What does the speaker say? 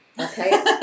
Okay